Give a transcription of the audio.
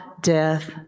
death